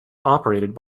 operated